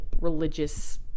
religious